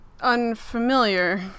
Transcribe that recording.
unfamiliar